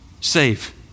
save